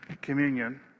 Communion